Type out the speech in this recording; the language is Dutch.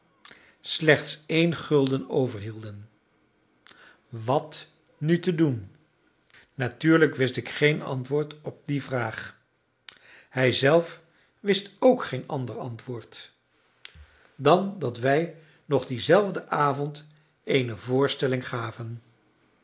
slechts een gulden overhielden wat nu te doen natuurlijk wist ik geen antwoord op die vraag hij zelf wist ook geen ander antwoord dan dat wij nog dienzelfden avond eene voorstelling gaven